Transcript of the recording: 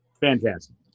fantastic